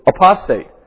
apostate